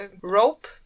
rope